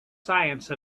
science